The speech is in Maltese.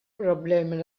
problemi